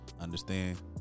understand